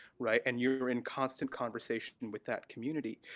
right. and you're you're in constant conversation with that community.